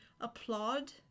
applaud